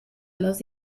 los